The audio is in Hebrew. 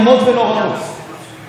אז צריך לעשות אחרת.